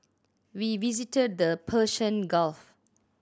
we visited the Persian Gulf